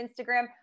Instagram